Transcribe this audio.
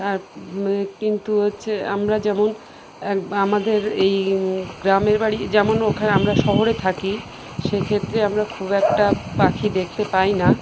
আর কিন্তু হচ্ছে আমরা যেমন এক আমাদের এই গ্রামের বাড়ি যেমন ওখানে আমরা শহরে থাকি সে ক্ষেত্রে আমরা খুব একটা পাখি দেখতে পাই না